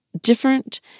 different